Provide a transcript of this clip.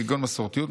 כגון מסורתיות,